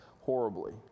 horribly